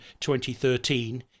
2013